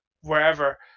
wherever